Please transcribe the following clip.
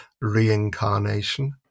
reincarnation